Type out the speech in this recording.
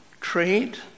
trade